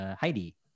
Heidi